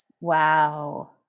Wow